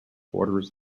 borders